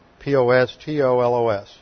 P-O-S-T-O-L-O-S